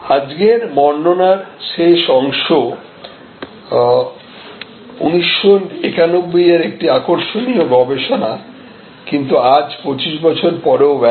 আজকের বর্ণনার শেষ অংশ 1991 এর একটি আকর্ষণীয় গবেষণা কিন্তু আজ 25 বছর পরেও ভ্যালিড